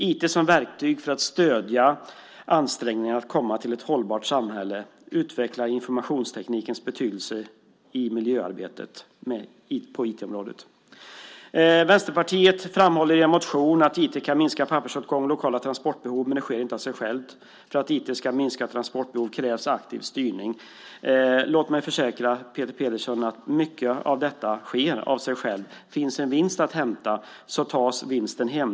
IT som verktyg för att stödja ansträngningarna att komma till ett hållbart samhälle utvecklar informationsteknikens betydelse i miljöarbetet. Vänsterpartiet framhåller i en motion att IT kan minska pappersåtgång och lokala transportbehov, men det sker inte av sig självt. För att IT ska minska transportbehov krävs aktiv styrning. Låt mig försäkra Peter Pedersen om att mycket av detta sker av sig självt. Om det finns en vinst att hämta tas vinsten hem.